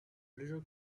little